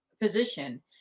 position